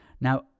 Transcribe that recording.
now